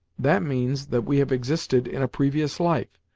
that means that we have existed in a previous life,